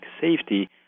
safety